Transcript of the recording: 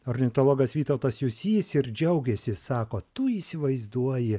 ornitologas vytautas jusys ir džiaugėsi sako tu įsivaizduoji